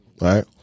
right